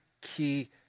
key